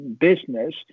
business